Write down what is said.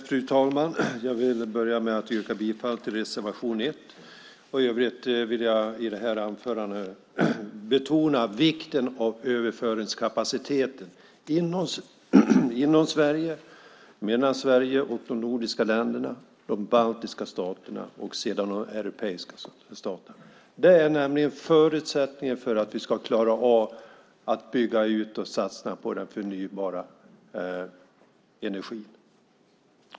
Fru talman! Jag yrkar bifall till reservation 1. I övrigt vill jag i detta anförande betona vikten av överföringskapaciteten inom Sverige samt mellan Sverige, de nordiska länderna, de baltiska staterna och sedan också de europeiska staterna. Det är nämligen en förutsättning för att vi ska klara av att bygga ut och satsa på förnybar energi.